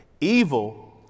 Evil